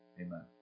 Amen